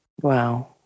wow